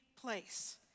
place